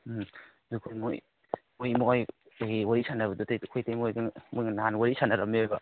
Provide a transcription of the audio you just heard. ꯎꯝ ꯑꯩꯈꯣꯏ ꯏꯃꯥ ꯍꯣꯏ ꯀꯔꯤ ꯀꯔꯤ ꯋꯥꯔꯤ ꯁꯥꯟꯅꯕꯗꯗꯤ ꯑꯩꯈꯣꯏ ꯏꯇꯩꯃꯥ ꯍꯣꯏꯗꯨꯅ ꯃꯈꯣꯏꯗꯨ ꯅꯍꯥꯟ ꯋꯥꯔꯤ ꯁꯥꯟꯅꯔꯝꯃꯦꯕ